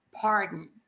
pardon